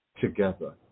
together